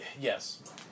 Yes